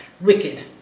wicked